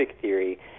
theory